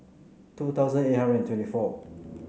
two thousand eight hundred and twenty four